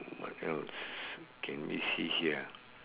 what else okay let me see here